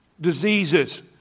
diseases